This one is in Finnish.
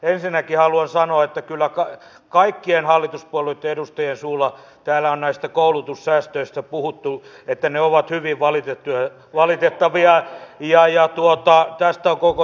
ensinnäkin haluan sanoa että kyllä kaikkien hallituspuolueitten edustajien suulla täällä on näistä koulutussäästöistä puhuttu että ne ovat hyvin valitettavia ja tästä on koko syksy puhuttu